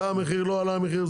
עלה המחיר או לא עלה המחיר?